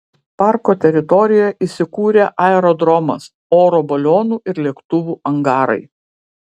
parko teritorijoje įsikūrė aerodromas oro balionų ir lėktuvų angarai